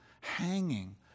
hanging